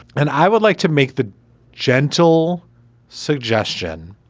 and i would like to make the gentle suggestion